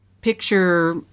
picture